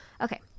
okay